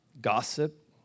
Gossip